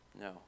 No